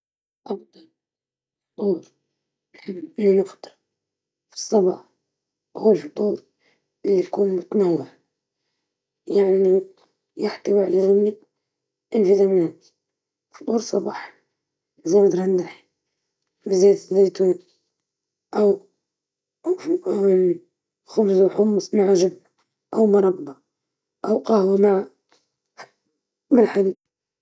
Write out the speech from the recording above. أفضل يكون الإفطار صحي، زي الفواكه الطازجة والزبادي والمكسرات، يعطيني طاقة لأبدأ اليوم بفعالية.